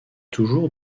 toujours